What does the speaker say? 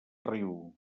riu